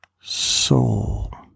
soul